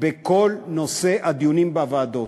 בכל נושא הדיונים בוועדות.